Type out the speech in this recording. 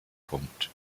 punkt